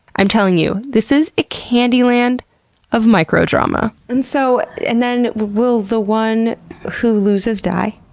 i'm telling you, this is a candy land of microdrama. and so and then, will the one who loses, die?